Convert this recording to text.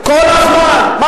אתם